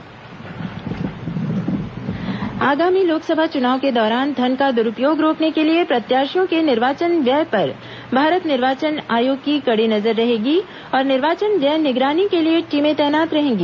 लोकसभा चुनाव प्रशिक्षण आगामी लोकसभा चुनाव के दौरान धन का दुरूपयोग रोकने के लिए प्रत्याशियों के निर्वाचन व्यय पर भारत निर्वाचन आयोग की कड़ी नजर रहेगी और निर्वाचन व्यय निगरानी के लिए टीमें तैनात रहेगी